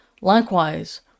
Likewise